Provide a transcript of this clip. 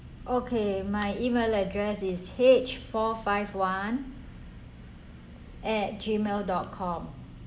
okay my email address is h four five one at gmail dot com